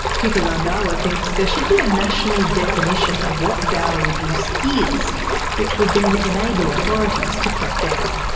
kittu randhawa thinks there should be a national definition of what dowry abuse is which would then enable authorities to crack down.